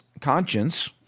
conscience